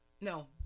No